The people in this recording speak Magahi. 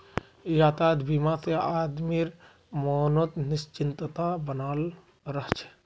यातायात बीमा से आदमीर मनोत् निश्चिंतता बनाल रह छे